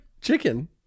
chicken